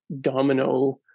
domino